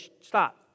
Stop